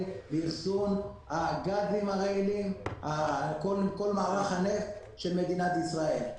לאחסון הגזים הרעילים וכל מערך הנפט של מדינת ישראל.